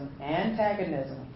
antagonism